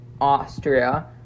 Austria